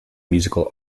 musical